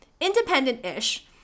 independent-ish